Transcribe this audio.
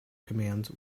commands